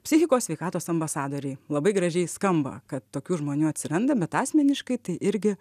psichikos sveikatos ambasadoriai labai gražiai skamba kad tokių žmonių atsiranda bet asmeniškai tai irgi